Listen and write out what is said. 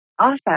Awesome